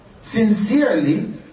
Sincerely